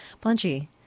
punchy